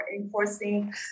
enforcing